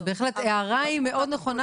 ההערה בהחלט מאוד נכונה,